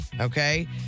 Okay